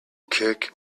kick